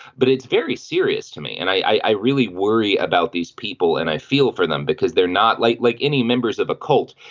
but it's very serious to me and i really worry about these people and i feel for them because they're not like like any members of a cult.